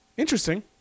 Interesting